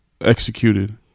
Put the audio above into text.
executed